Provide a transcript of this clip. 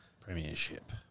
Premiership